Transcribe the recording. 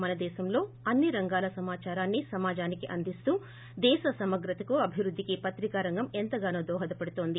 మన దేశంలో అన్ని రంగాల సమాచారాన్ని సమాజానికి అందిస్తూ దేశ సమగ్రతకు అభివృద్దికి పత్రిక రంగం ఎంతగానో దోహదపడుతోంది